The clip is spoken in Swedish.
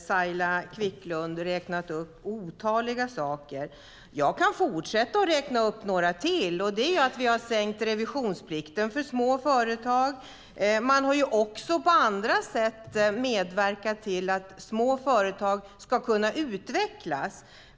Saila Quicklund har räknat upp otaliga saker. Jag kan fortsätta genom att räkna upp några till. Vi har sänkt revisionsplikten för små företag, och vi har även på andra sätt medverkat till att små företag ska kunna utvecklas.